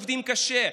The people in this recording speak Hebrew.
עובדים קשה.